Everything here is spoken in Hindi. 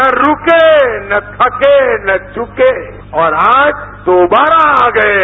न रूके न थको न झूके और आज दोबारा आ गये